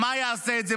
מה יעשה את זה,